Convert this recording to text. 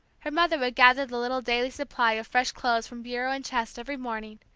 her mother would gather the little daily supply of fresh clothes from bureau and chest every morning,